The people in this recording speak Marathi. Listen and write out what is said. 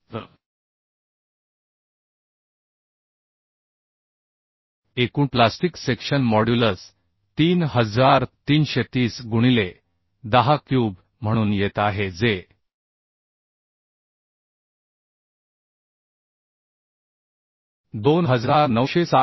तर एकूण प्लास्टिक सेक्शन मॉड्युलस 3330 गुणिले 10 क्यूब म्हणून येत आहे जे 2960